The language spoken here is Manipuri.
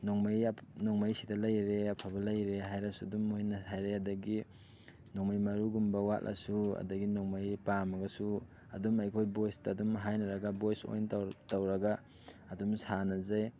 ꯅꯣꯡꯃꯩ ꯅꯣꯡꯃꯩ ꯁꯤꯗ ꯂꯩꯔꯦ ꯑꯐꯕ ꯂꯩꯔꯦ ꯍꯥꯏꯔꯁꯨ ꯑꯗꯨꯝ ꯃꯣꯏꯅ ꯍꯥꯏꯔꯛꯑꯦ ꯑꯗꯒꯤ ꯅꯣꯡꯃꯩ ꯃꯔꯨꯒꯨꯝꯕ ꯌꯥꯠꯂꯁꯨ ꯑꯗꯒꯤ ꯅꯣꯡꯃꯩ ꯄꯥꯝꯃꯒꯁꯨ ꯑꯗꯨꯝ ꯑꯩꯈꯣꯏ ꯚꯣꯏꯁꯇ ꯑꯗꯨꯝ ꯍꯥꯏꯅꯔꯒ ꯚꯣꯏꯁ ꯑꯣꯟ ꯇꯧꯔꯒ ꯑꯗꯨꯝ ꯁꯥꯟꯅꯖꯩ